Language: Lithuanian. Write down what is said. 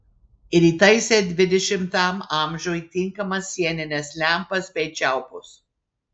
ir įtaisė dvidešimtam amžiui tinkamas sienines lempas bei čiaupus